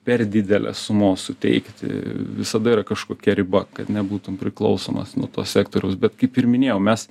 per didelės sumos suteikti visada yra kažkokia riba kad nebūtum priklausomas nuo to sektoriaus bet kaip ir minėjau mes